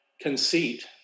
conceit